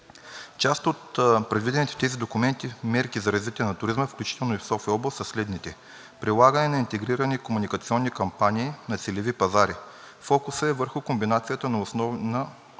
Част от предвидените в тези документи мерки за развитие на туризма, включително и в София област, са следните: прилагане на интегрирани комуникационни кампании на целеви пазари, фокусът е върху комбинацията на основните